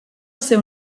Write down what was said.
seu